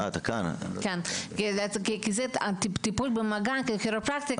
יש את הטיפול במגע ויש את הכירופרקטיקה.